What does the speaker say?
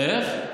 איך?